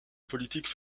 politique